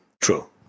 True